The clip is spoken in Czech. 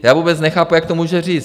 Já vůbec nechápu, jak to může říct.